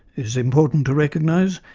it is important to recognise,